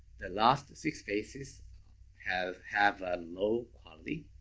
the last six bases have have ah low quality.